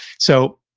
so,